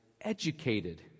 educated